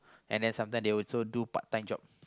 and then sometimes they also do part-time job